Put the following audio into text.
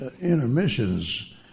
intermissions